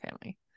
family